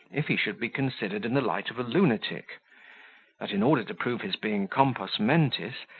if he should be considered in the light of a lunatic that, in order to prove his being compos mentis,